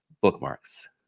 bookmarks